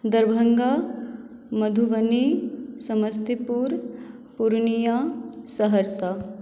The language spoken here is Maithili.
दरभंगा मधुबनी समस्तीपुर पूर्णिया सहरसा